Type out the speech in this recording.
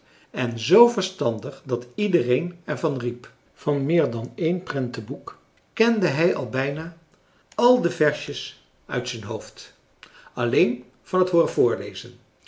en zoo verstandig dat iedereen er van riep van meer dan een prentenboek kende hij al bijna al de versjes uit zijn hoofd alleen van het hooren voorlezen